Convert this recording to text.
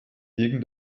gegen